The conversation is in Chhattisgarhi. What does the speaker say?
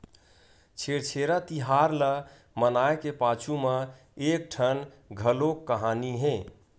छेरछेरा तिहार ल मनाए के पाछू म एकठन घलोक कहानी हे